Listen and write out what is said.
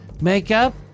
Makeup